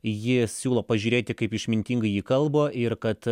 jis siūlo pažiūrėti kaip išmintingai ji kalba ir kad